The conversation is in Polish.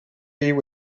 jej